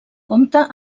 compta